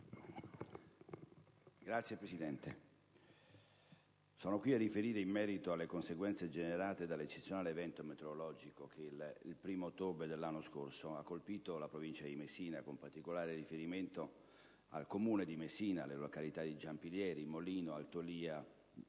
Signor Presidente, sono qui a riferire in merito alle conseguenze generate dall'eccezionale evento meteorologico che il 1° ottobre dell'anno scorso ha colpito la Provincia di Messina, con particolare riferimento al Comune di Messina, alle località di Giampilieri, Molino, Altolia,